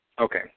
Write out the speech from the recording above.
Okay